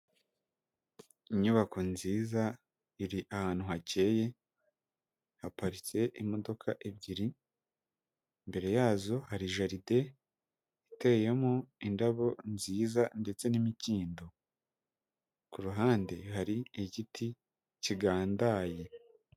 Inyubako nziza iri ahantu hakeye haparitse imodoka ebyiri, imbere yazo hari jaride iteyemo indabo nziza ndetse n'imikindo, ku ruhande hari igiti kigandaye.